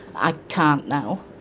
i can't now.